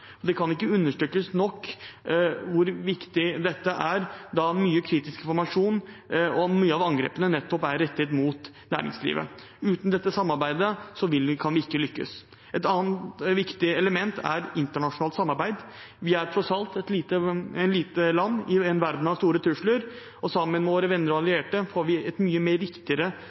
Det kan ikke understrekes nok hvor viktig dette er, da mye kritisk informasjon og mange av angrepene nettopp er rettet mot næringslivet. Uten dette samarbeidet kan vi ikke lykkes. Et annet viktig element er internasjonalt samarbeid. Vi er tross alt et lite land i en verden med store trusler, og sammen med våre venner og allierte får vi et mye riktigere og mer